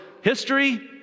history